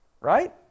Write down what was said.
right